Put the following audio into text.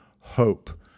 hope